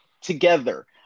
together